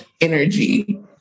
energy